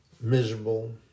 Miserable